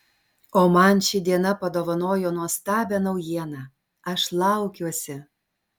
o man ši diena padovanojo nuostabią naujieną aš laukiuosi